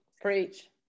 Preach